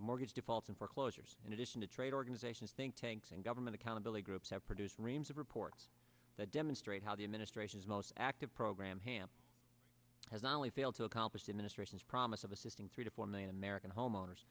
mortgage defaults and foreclosures in addition to trade organizations think tanks and government accountability groups have produced reams of reports that demonstrate how the administration's most active program hamp has not only failed to accomplish the ministrations promise of assisting three to four million american homeowners